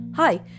Hi